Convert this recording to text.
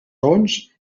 raons